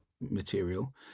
material